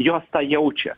jos tą jaučia